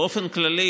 באופן כללי